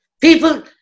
people